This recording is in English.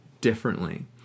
differently